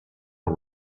and